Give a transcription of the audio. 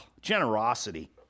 Generosity